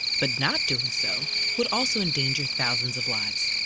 but not doing so would also endanger thousands of lives.